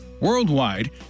worldwide